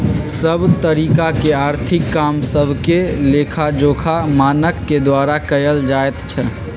सभ तरिका के आर्थिक काम सभके लेखाजोखा मानक के द्वारा कएल जाइ छइ